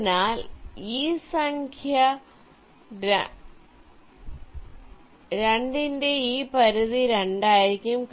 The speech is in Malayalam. അതിനാൽ ഈ സംഖ്യ 2 ന്റെ ഈ പരിധി 2 ആയിരിക്കും